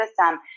system